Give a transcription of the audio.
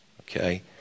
Okay